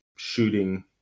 shooting